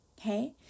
Okay